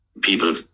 people